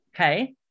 Okay